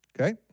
Okay